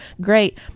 Great